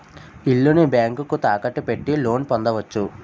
ఇల్లుని బ్యాంకుకు తాకట్టు పెట్టి లోన్ పొందవచ్చు